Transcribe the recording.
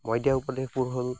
মই দিয়া উপদেশবোৰ হ'ল